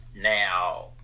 now